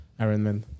Ironman